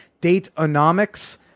Date-onomics